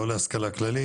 לא להשכלה כללית,